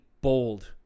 bold